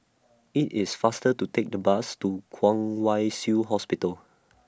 IT IS faster to Take The Bus to Kwong Wai Shiu Hospital